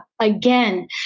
again